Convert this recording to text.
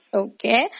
okay